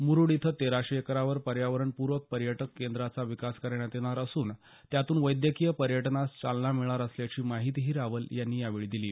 मुरुड इथं तेराशे एकरवर पर्यावरणप्रक पर्यटक केंद्रांचा विकास करण्यात येणार असून त्यातून वैद्यकीय पर्यटनास चालना मिळणार असल्याची माहितीही रावल यांनी यावेळी दिली